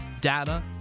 data